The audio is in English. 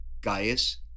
Gaius